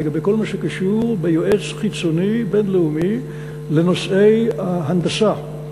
לגבי כל מה שקשור ביועץ חיצוני בין-לאומי לנושאי ההנדסה,